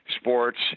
sports